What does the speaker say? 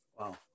Wow